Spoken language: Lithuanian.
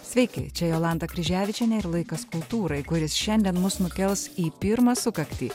sveiki čia jolanta kryževičienė ir laikas kultūrai kuris šiandien mus nukels į pirmą sukaktį